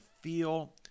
feel